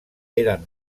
eren